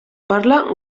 parla